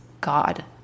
God